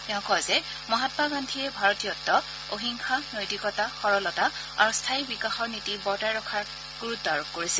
তেওঁ কয় যে মহামা গান্ধীয়ে ভাৰতীয়ত্ব অহিংসা নৈতিকতা সৰলতা আৰু স্থায়ী বিকাশৰ নীতি বৰ্তাই ৰখাত গুৰুত্ব আৰোপ কৰিছিল